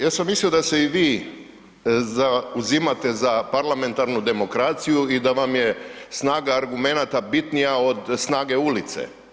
Ja sam mislio da se i vi zauzimate za parlamentarnu demokraciju i da vam je snaga argumenata bitnija od snage ulice.